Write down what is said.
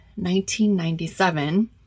1997